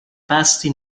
pasti